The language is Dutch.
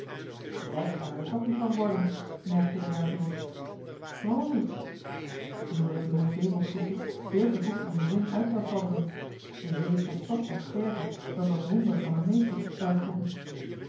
rijk zou hij er toch niet van worden merkte de ruijter op waarom niet omdat het jonge zeemansgoedje veel te vroeg naar z'n zin uit zou fladderen de zee trekt toch nog sterker dan dat wonder van een meester zou ik zeggen